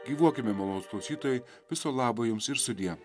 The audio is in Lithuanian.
gyvuokime malonūs klausytojai viso labo jums ir sudie